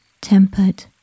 tempered